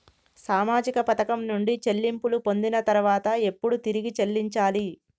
సామాజిక పథకం నుండి చెల్లింపులు పొందిన తర్వాత ఎప్పుడు తిరిగి చెల్లించాలి?